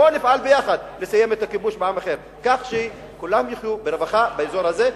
בואו נפעל יחד לסיים את הכיבוש בעם אחר כך שכולם יחיו ברווחה באזור הזה.